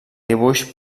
dibuix